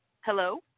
Hello